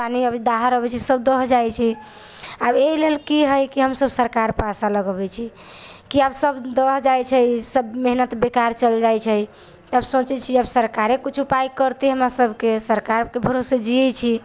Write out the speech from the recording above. पानि अबै छै दाहर अबै छै सभ दहि जाइ छै आब एहि लेल कि हइ कि हम सभ सरकारपर आशा लगबै छी कि आब सभ दहि जाइ छै सभ मेहनत बेकार चलि जाइ छै तब सोचै छी आब सरकारे कुछ उपाय करते हमरा सभके सरकारके भरोसे जियै छी